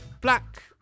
black